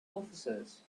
officers